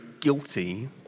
guilty